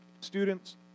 Students